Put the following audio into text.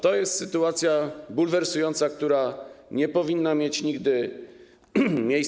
To jest sytuacja bulwersująca, która nie powinna mieć nigdy miejsca.